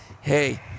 hey